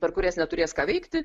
per kurias neturės ką veikti